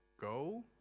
go